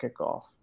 kickoff